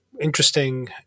interesting